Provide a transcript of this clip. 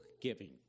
giving